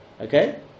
Okay